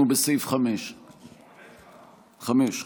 אנחנו בסעיף 5. 9. 5,